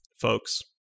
folks